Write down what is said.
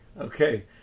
Okay